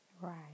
Right